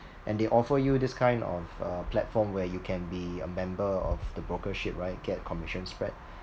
and they offer you this kind of uh platform where you can be a member of the brokership right get commission spread